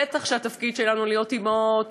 בטח שהתפקיד שלנו הוא להיות אימהות,